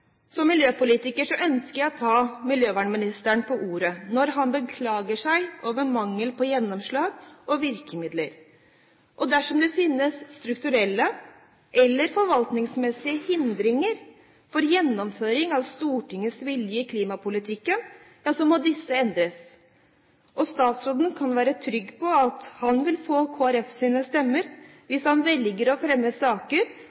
Som miljøpolitiker ønsker jeg å ta miljøvernministeren på ordet når han beklager seg over mangel på gjennomslag og virkemidler. Og dersom det finnes strukturelle eller forvaltningsmessige hindringer for gjennomføring av Stortingets vilje i klimapolitikken, ja så må disse endres. Statsråden kan være trygg på at han vil få Kristelig Folkepartis stemmer hvis han velger å fremme saker